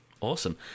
Awesome